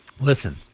Listen